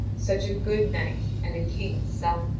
such a good knight and a king's son.